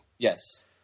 Yes